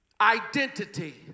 identity